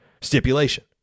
stipulation